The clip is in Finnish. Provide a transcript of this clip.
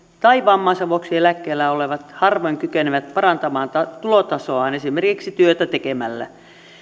tai vammansa vuoksi eläkkeellä olevat harvoin kykenevät parantamaan tulotasoaan esimerkiksi työtä tekemällä